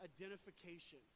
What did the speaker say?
identification